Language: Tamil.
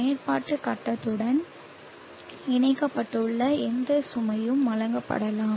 பயன்பாட்டு கட்டத்துடன் இணைக்கப்பட்டுள்ள எந்த சுமையும் வழங்கப்படலாம்